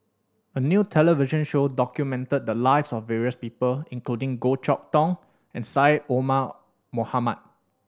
a new television show documented the lives of various people including Goh Chok Tong and Syed Omar Mohamed